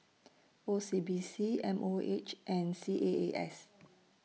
O C B C M O H and C A A S